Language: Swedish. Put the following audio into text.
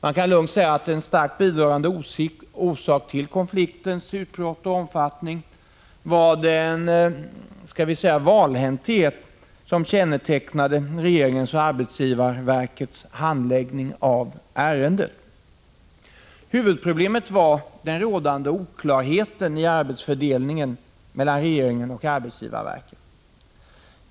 Man kan lugnt säga att en starkt bidragande orsak till konfliktens utbrott och omfattning var den valhänthet som kännetecknade regeringens och arbetsgivarverkets handläggning av ärendet. Huvudproblemet var den rådande oklarheten i arbetsfördelningen mellan regeringen och arbetsgivarverket.